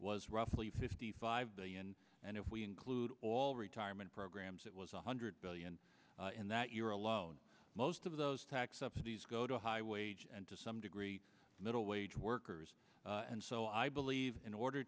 was roughly fifty five billion and if we include all retirement programs it was one hundred billion in that year alone most of those tax subsidies go to high wages and to some degree middle wage workers and so i believe in order